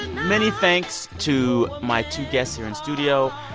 many thanks to my two guests here in studio,